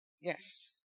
Yes